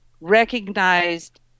recognized